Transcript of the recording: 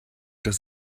das